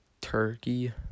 turkey